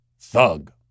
thug